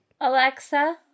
alexa